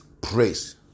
praise